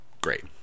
Great